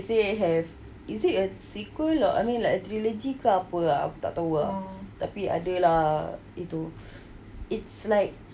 they say have is it at sequel or I mean like a trilogy ke apa ah aku tak tahu ah tapi ada lah itu it's like